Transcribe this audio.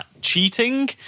cheating